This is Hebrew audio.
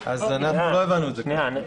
לא הבנו את זה ככה.